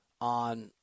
on